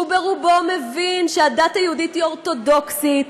שרובו מבין שהדת היהודית היא אורתודוקסית,